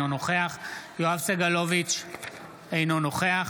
אינו נוכח